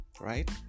right